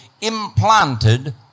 implanted